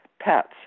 pets